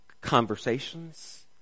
conversations